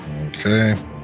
Okay